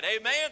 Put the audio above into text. Amen